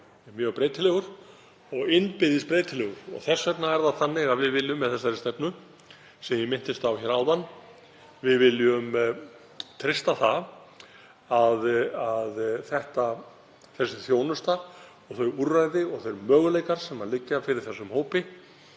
mjög breytilegur og innbyrðis breytilegur og þess vegna er það þannig að við viljum með þeirri stefnu sem ég minntist á áðan treysta það að þessi þjónusta og þau úrræði og þeir möguleikar sem liggja fyrir þessum hópi